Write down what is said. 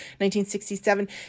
1967